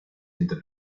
entre